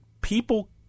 people